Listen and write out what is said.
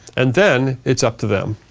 and then it's up to them.